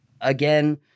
Again